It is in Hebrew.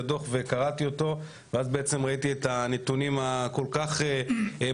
הדוח וקראתי אותו ואז בעצם ראיתי את הנתונים הכול כך מחרידים